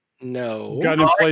no